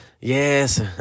yes